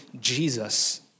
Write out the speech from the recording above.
Jesus